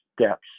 steps